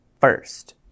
first